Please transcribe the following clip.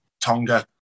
Tonga